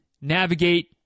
navigate